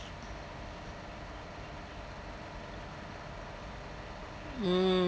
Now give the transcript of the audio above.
mm